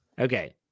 Okay